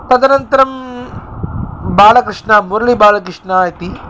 तदनन्तरं बालकृष्णमुरली बालकृष्णः इति